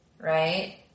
Right